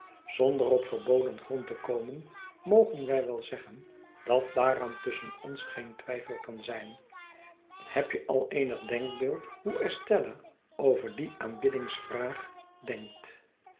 zonder op verboden grond te komen mogen wij wel zeggen dat daaraan tusschen ons geen twijfel kan zijn heb je al eenig denkbeeld hoe estella over die aanbiddingsvraag denkt